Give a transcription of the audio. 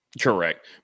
Correct